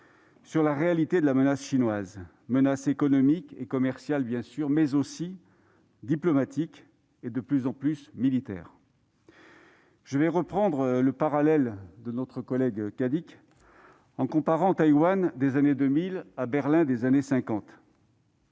sur la réalité de la menace chinoise, menace économique et commerciale, bien sûr, mais aussi diplomatique et de plus en plus militaire. Je reprendrai le parallèle de notre collègue Cadic, en comparant Taïwan des années 2000 à Berlin des années 1950.